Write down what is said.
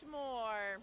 more